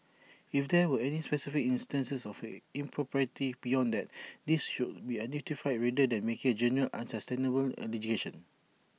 if there were any specific instances of impropriety beyond that these should be identified rather than making general unsubstantiated allegations